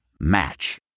Match